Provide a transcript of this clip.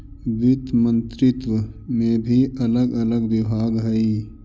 वित्त मंत्रित्व में भी अलग अलग विभाग हई